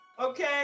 Okay